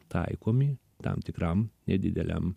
taikomi tam tikram nedideliam